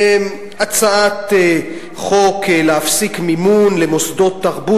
הצעת חוק להפסיק מימון למוסדות תרבות